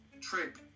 trip